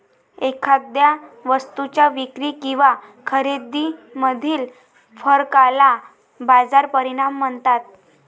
एखाद्या वस्तूच्या विक्री किंवा खरेदीमधील फरकाला बाजार परिणाम म्हणतात